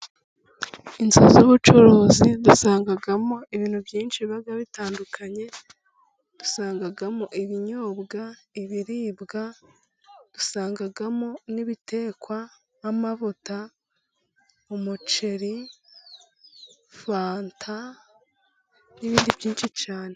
Inzu z'ubucuruzi dusangamo ibintu byinshi biba bitandukanye ,dusangamo :ibinyobwa, ibiribwa ,dusangamo: n'ibitekwa nk'amavuta umuceri, fanta n'ibindi byinshi cyane.